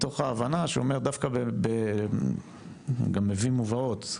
מתוך ההבנה שהוא אומר דווקא, גם מביא מובאות.